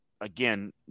again